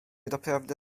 doprawdy